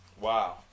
Wow